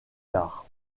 tard